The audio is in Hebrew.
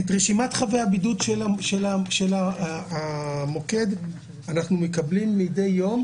את רשימת חבי הבידוד של המוקד אנחנו מקבלים מדי יום